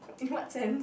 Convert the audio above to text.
in what sense